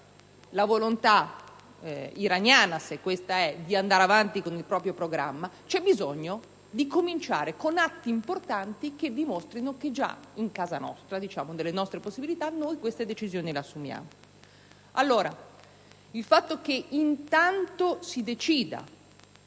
la volontà iraniana - se questa è - di andare avanti con il proprio programma, c'è bisogno di cominciare con atti importanti che dimostrino che già in casa nostra, nell'ambito cioè delle nostre possibilità, queste decisioni le assumiamo. Il fatto che intanto si decida,